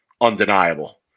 undeniable